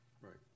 right